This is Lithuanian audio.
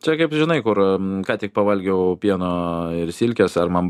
čia kaip žinai kur ką tik pavalgiau pieno ir silkės ar man